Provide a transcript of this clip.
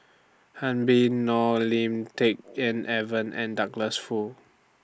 Habib Noh Lim Tik En Edwin and Douglas Foo